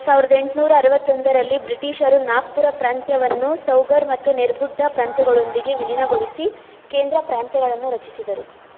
ಸಾವಿರ್ದ ಎಂಟುನೂರ ಅರವತ್ತೊಂದರಲ್ಲಿ ಬ್ರಿಟಿಷರು ನಾಗ್ಪುರ ಪ್ರಾಂತ್ಯವನ್ನು ಸೌಗರ್ ಮತ್ತು ನೆರ್ಬುಡ್ಡಾ ಪ್ರಾಂತ್ಯಗಳೊಂದಿಗೆ ವಿಲೀನಗೊಳಿಸಿ ಕೇಂದ್ರ ಪ್ರಾಂತ್ಯಗಳನ್ನು ರಚಿಸಿದರು